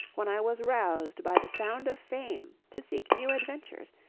when i was roused by the sound of fame, to seek new adventures,